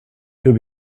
would